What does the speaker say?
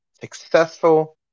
successful